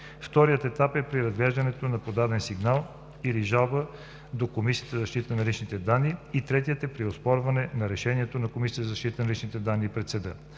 Вторият етап е при разглеждане на подаден сигнал или жалба до Комисията за защита на личните данни и третият е при оспорване на решението на Комисията за защита на личните данни пред съда.